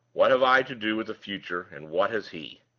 what have i to do with the future? and what has he?